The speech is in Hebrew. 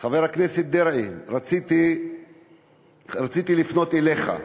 חבר הכנסת דרעי, רציתי לפנות אליך.